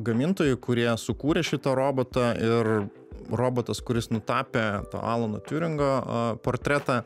gamintojai kurie sukūrė šitą robotą ir robotas kuris nutapė to alano tiuringo portretą